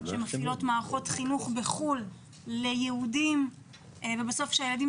שמפעילים מערכות חינוך בחו"ל ליהודים ובסוף כשהילדים